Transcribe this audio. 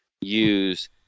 use